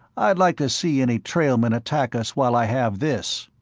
i'd like to see any trailmen attack us while i have this.